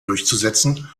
durchzusetzen